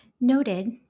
noted